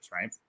Right